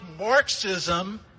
Marxism